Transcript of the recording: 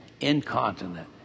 incontinent